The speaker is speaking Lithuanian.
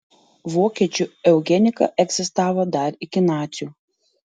vokiečių eugenika egzistavo dar iki nacių